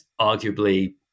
arguably